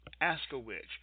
Ask-A-Witch